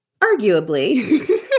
Arguably